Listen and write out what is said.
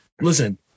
Listen